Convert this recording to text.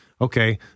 Okay